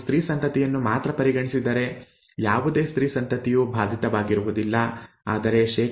ನೀವು ಸ್ತ್ರೀ ಸಂತತಿಯನ್ನು ಮಾತ್ರ ಪರಿಗಣಿಸಿದರೆ ಯಾವುದೇ ಸ್ತ್ರೀ ಸಂತತಿಯು ಬಾಧಿತವಾಗಿರುವುದಿಲ್ಲ ಆದರೆ ಶೇ